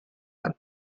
them